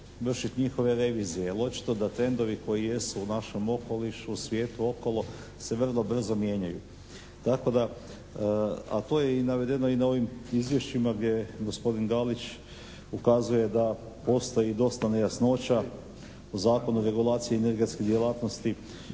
vršiti njihove revizije. Jer očito da trendovi koji jesu u našem okolišu, u svijetu okolo, se vrlo brzo mijenjaju. Tako da, a to je navedeno i na ovim izvješćima gdje je gospodin Galić ukazuje da postoji dosta nejasnoća u Zakonu o regulaciji energetske djelatnosti